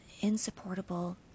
insupportable